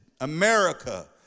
America